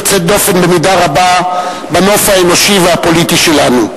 יוצאת דופן במידה רבה בנוף האנושי והפוליטי שלנו.